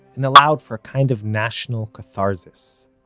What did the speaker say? and allowed for a kind of national catharsis